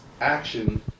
action